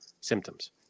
Symptoms